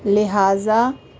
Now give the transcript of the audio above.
لہٰذا